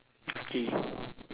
okay